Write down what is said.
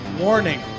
warning